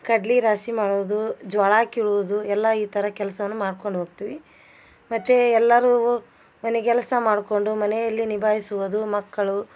ಕಡ್ಲಿ ರಾಸಿ ಮಾಡೋದು ಜ್ವಾಳ ಕೀಳೋದು ಎಲ್ಲ ಈ ಥರ ಕೆಲಸವನ್ನು ಮಾಡ್ಕೊಂಡು ಹೋಗ್ತೀವಿ ಮತ್ತು ಎಲ್ಲರು ಮನೆಗೆಲಸ ಮಾಡ್ಕೊಂಡು ಮನೆಯಲ್ಲಿ ನಿಭಾಯಿಸುವುದು ಮಕ್ಕಳು